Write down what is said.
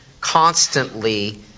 constantly